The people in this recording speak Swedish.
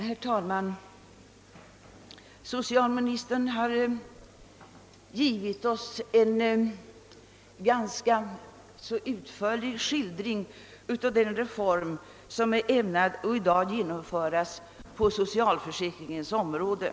Herr talman! Socialministern har här givit oss en ganska utförlig skildring av den reform som nu avses att genomföras på socialförsäkringens område.